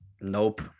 Nope